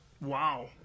wow